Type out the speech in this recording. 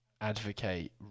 advocate